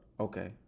Okay